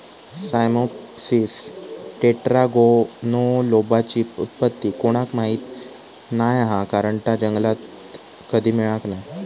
Cyamopsis टेट्रागोनोलोबाची उत्पत्ती कोणाक माहीत नाय हा कारण ता जंगलात कधी मिळाक नाय